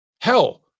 Hell